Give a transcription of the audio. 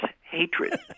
hatred